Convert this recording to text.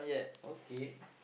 okay